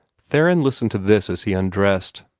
theron listened to this as he undressed.